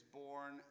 born